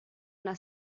una